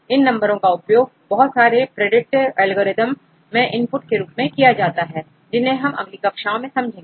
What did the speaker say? इन number का उपयोग बहुत सारे प्रिडिक्टिव एल्गोरिदम मैं इनपुट के रूप में किया जा सकता है जिन्हें हम अगली कक्षा में समझेंगे